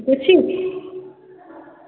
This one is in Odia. ଠିକ୍ ଅଛି